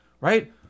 right